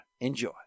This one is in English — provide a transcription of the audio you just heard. Enjoy